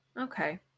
Okay